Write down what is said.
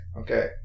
okay